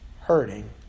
hurting